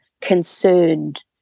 concerned